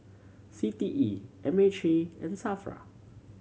C T E M H A and SAFRA